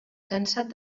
cansat